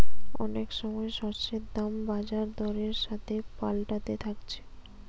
অনেক সময় শস্যের দাম বাজার দরের সাথে পাল্টাতে থাকছে